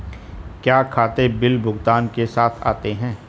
क्या खाते बिल भुगतान के साथ आते हैं?